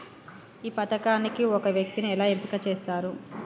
ఈ పథకానికి ఒక వ్యక్తిని ఎలా ఎంపిక చేస్తారు?